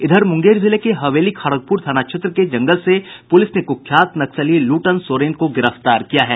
इधर मुंगेर जिले के हवेली खड़गपुर थाना क्षेत्र के जंगल से पुलिस ने कुख्यात नक्सली लूटन सोरेन को गिरफ्तार किया है